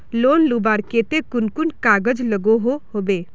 Loan लुबार केते कुन कुन कागज लागोहो होबे?